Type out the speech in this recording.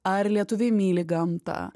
ar lietuviai myli gamtą